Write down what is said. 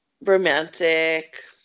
Romantic